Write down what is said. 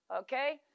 Okay